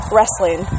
Wrestling